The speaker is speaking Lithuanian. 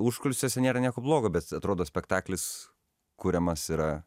užkulisiuose nėra nieko blogo bet atrodo spektaklis kuriamas yra